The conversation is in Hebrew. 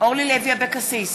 אורלי לוי אבקסיס,